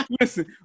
Listen